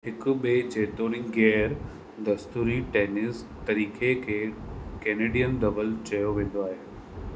हिकु ॿिए जेतोणीकि ग़ैर दस्तूरी टेनिस तरीक़े खे कैनेडियन डबल चयो वेंदो आहे